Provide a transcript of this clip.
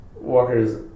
Walker's